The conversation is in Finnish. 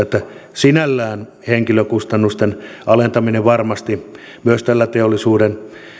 sinällään henkilökustannusten alentaminen varmasti myös tällä teollisuuden